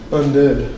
undead